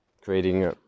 creating